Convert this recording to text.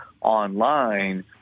online